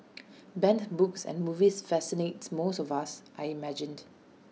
banned books and movies fascinate most of us I imagine